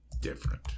Different